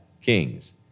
kings